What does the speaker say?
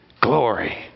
Glory